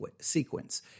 sequence